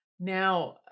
Now